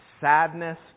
sadness